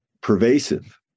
pervasive